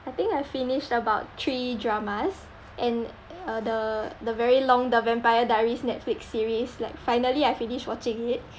I think I finished about three dramas and uh the the very long the vampire diaries netflix series like finally I finish watching it